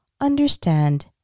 understand